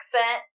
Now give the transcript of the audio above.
accent